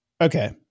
Okay